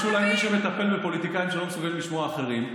יש אולי מי שמטפל בפוליטיקאים שלא מסוגלים לשמוע אחרים.